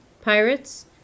pirates